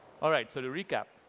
all right. so the recap.